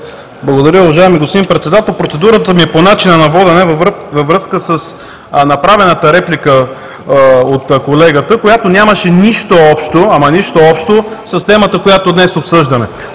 Благодаря Ви, уважаеми господин Председател. Процедурата ми по начина на водене е във връзка с направената реплика от колегата, която нямаше нищо общо, ама нищо общо с темата, която днес обсъждаме.